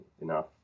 enough